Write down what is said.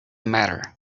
matter